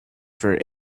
for